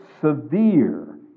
severe